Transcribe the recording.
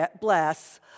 bless